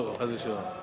חס ושלום.